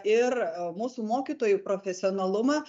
ir mūsų mokytojų profesionalumą